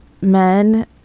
men